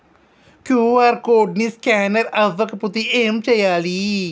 QR code scanner అవ్వకపోతే ఏం చేయాలి?